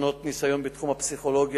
לשאול: